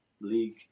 League